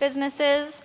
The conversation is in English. business is